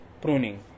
pruning